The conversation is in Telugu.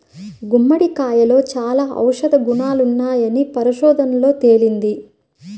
గుమ్మడికాయలో చాలా ఔషధ గుణాలున్నాయని పరిశోధనల్లో తేలింది